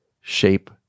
shape